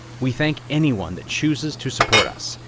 we thank anyone that chooses to support us,